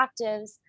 actives